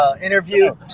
interview